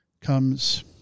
comes